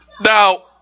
Now